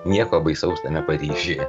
nieko baisaus tame paryžiuje